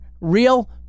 real